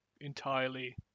entirely